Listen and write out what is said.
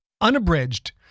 unabridged